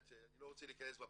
אני לא רוצה לפרט,